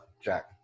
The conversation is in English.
Jack